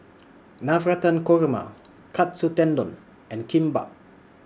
Navratan cog Ma Katsu Tendon and Kimbap